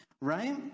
right